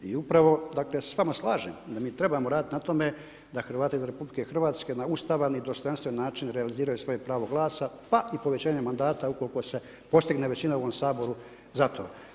S vama se slažem da mi trebamo radit na tome da Hrvati izvan RH na Ustavan i dostojanstven način realiziraju svoje pravo glasa pa i povećanje mandata ukoliko se postigne većina u ovom Saboru za to.